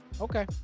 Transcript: Okay